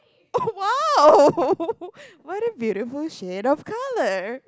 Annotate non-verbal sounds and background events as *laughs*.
oh !wow! *laughs* what a beautiful shade of color